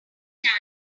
time